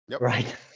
Right